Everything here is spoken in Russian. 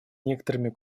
некоторыми